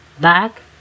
back